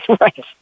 Right